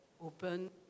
open